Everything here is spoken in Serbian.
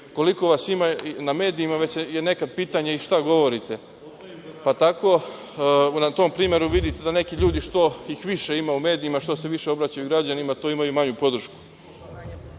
koliko vas ima na medijima, već je nekad pitanje i šta govorite. Na tom primeru vidite da neki ljudi, što ih više ima u medijima, što se više obraćaju građanima, to imaju manju podršku. Mi